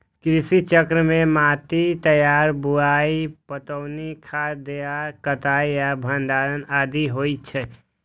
कृषि चक्र मे माटिक तैयारी, बुआई, पटौनी, खाद देनाय, कटाइ आ भंडारण आदि होइ छै